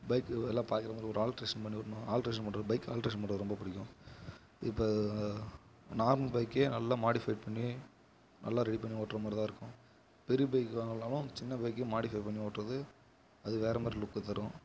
bike எல்லார் பார்க்கற மாதிரி ஒரு ஆல்ட்ரேஷன் பண்ணி உடணும் ஆல்ட்ரேஷன் பண்றது பைக் ஆல்ட்ரேஷன் பண்றது ரொம்ப பிடிக்கும் இப்போ நார்மல் பைக்கே நல்லா மாடிஃபை பண்ணி நல்லா ரெடி பண்ணி ஓட்டுற மாதிரி தான் இருக்கும் பெரிய பைக் வாங்கலைனாலும் சின்ன பைக்கே மாடிஃபை பண்ணி ஓட்டுறது அது வேறே மாதிரி லுக் தரும்